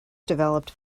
developed